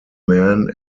man